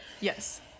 Yes